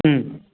ம்